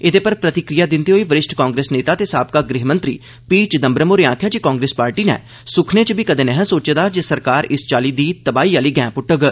एहदे पर प्रतिक्रिया दिंदे होई वरिष्ठ कांग्रेस नेता ते साबका गृहमंत्री पी चिदम्बरम होरे आक्खेआ जे कांग्रेस पार्टी नै सुखने च बी कदे नेईं सोचेआ हा जे सरकार इस चाल्ली दी तबाही आली गैंह पुट्टोग